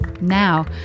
Now